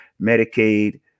Medicaid